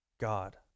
God